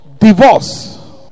divorce